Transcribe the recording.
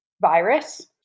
virus